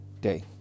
day